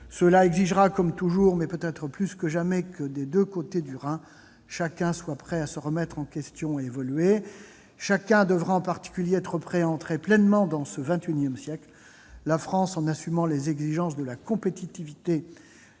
Cela exigera comme toujours, mais peut-être plus que jamais que, des deux côtés du Rhin, chacun soit prêt à se remettre en question et à évoluer. Chacun devra en particulier être prêt à entrer pleinement dans le XXIsiècle : la France en assumant les exigences de la compétitivité